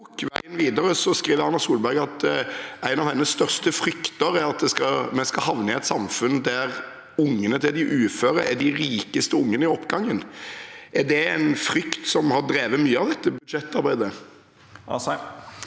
«Veien videre» skriver hun at noe av det hun frykter mest, er at vi skal havne i et samfunn der ungene til de uføre er de rikeste ungene i oppgangen. Er det en frykt som har drevet mye av dette budsjettarbeidet?